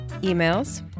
emails